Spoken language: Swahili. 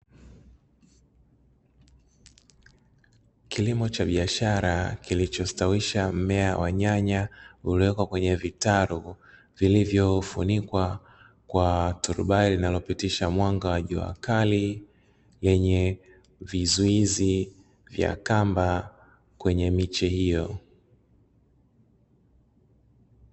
Kilomo cha biashara kilichostawisha mmea wa nyanya, uliyowekwa kwenye vitalu vilivyofunikwa kwa turubai linalopitisha mwanga wa jua Kali yenye vizuizi vya kamba kwenye miche hiyo.